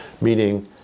meaning